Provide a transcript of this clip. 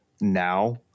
now